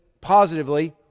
positively